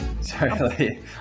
Sorry